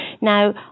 Now